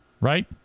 right